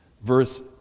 Verse